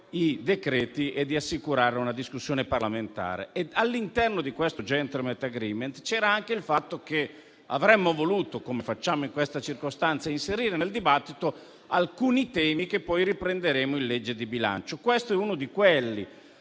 i decreti e di assicurare una discussione parlamentare. All'interno di questo *gentlemen's agreement* c'era anche che avremmo voluto, come facciamo in questa circostanza, inserire nel dibattito alcuni temi che poi riprenderemo nella discussione della manovra di bilancio. Questo è uno di quelli,